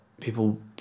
People